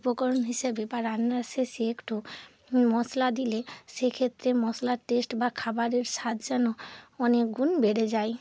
উপকরণ হিসেবে বা রান্নার শেষে একটু মশলা দিলে সেক্ষেত্রে মশলার টেস্ট বা খাবারের স্বাদ যেন অনেক গুণ বেড়ে যায়